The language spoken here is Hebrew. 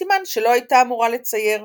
סימן שלא הייתה אמורה לצייר.